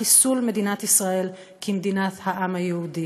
חיסול מדינת ישראל כמדינת העם היהודי,